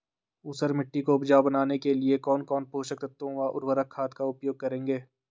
ऊसर मिट्टी को उपजाऊ बनाने के लिए कौन कौन पोषक तत्वों व उर्वरक खाद का उपयोग करेंगे?